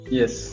yes